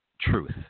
truth